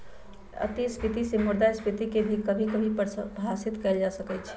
अतिस्फीती से मुद्रास्फीती के भी कभी कभी परिभाषित कइल जा सकई छ